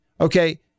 okay